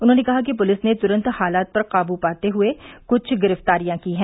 उन्होंने कहा कि पूलिस ने त्रंत हालात पर काबू करते हए कुछ गिरफ्तारियां की हैं